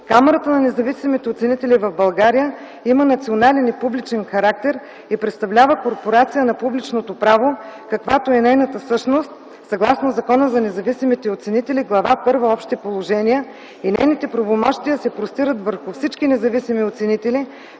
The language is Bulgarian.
Камарата на независимите оценители в България има национален и публичен характер и представлява корпорация на публичното право, каквато е нейната същност съгласно Закона за независимите оценители, Глава първа „Общи положения”, и нейните правомощия се простират върху всички независими оценители,